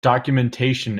documentation